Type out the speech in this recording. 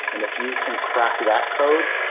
and if you can crack that code,